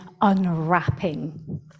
unwrapping